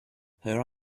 her